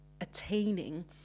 attaining